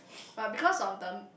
but because of the